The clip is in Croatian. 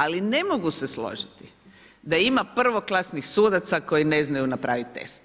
Ali ne mogu se složiti da ima prvoklasnih sudaca koji ne znaju napraviti test,